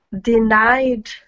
denied